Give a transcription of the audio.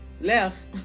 left